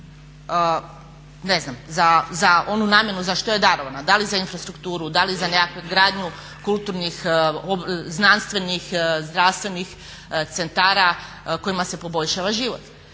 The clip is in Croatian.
funkciju za onu namjenu za što je darovana, da li za infrastrukturu, da li za nekakvu gradnju kulturnih, znanstvenih, zdravstvenih centara kojima se poboljšava život.